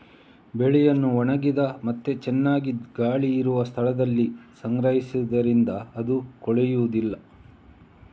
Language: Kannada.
ಬೆಳೆಯನ್ನ ಒಣಗಿದ ಮತ್ತೆ ಚೆನ್ನಾಗಿ ಗಾಳಿ ಇರುವ ಸ್ಥಳದಲ್ಲಿ ಸಂಗ್ರಹಿಸುದರಿಂದ ಅದು ಕೊಳೆಯುದಿಲ್ಲ